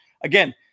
again